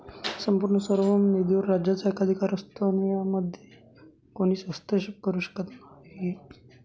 संपूर्ण सार्वभौम निधीवर राज्याचा एकाधिकार असतो आणि यामध्ये कोणीच हस्तक्षेप करू शकत नाही